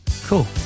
Cool